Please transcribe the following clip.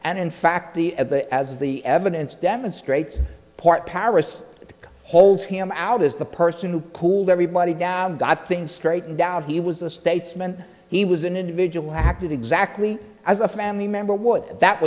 and in fact the at the as the evidence demonstrates port paris that holds him out as the person who cooled everybody down got things straightened out he was a statesman he was an individual who acted exactly as a family member would that